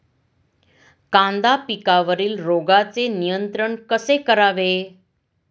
कांदा पिकावरील रोगांचे नियंत्रण कसे करावे?